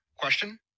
Question